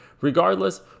Regardless